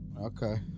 Okay